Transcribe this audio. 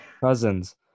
Cousins